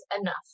enough